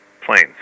planes